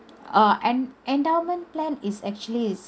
err en~ endowment plan is actually is